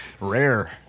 Rare